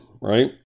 right